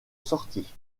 sortie